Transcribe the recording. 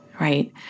right